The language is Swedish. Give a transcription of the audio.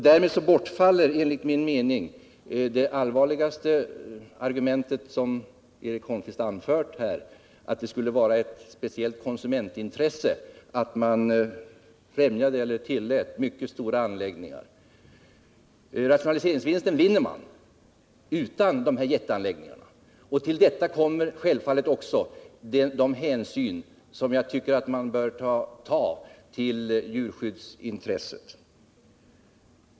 Därmed bortfaller enligt min mening det tyngsta argumentet som Eric Holmqvist anförde här, nämligen att det skulle vara ett konsumentintresse att främja mycket stora anläggningar. Rationaliseringsvinsten får man utan sådana uteanläggningar, och till detta kommer de hänsyn som jag tycker att man bör ta till djurskyddsintresset.